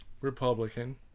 Republican